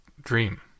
dream